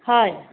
হয়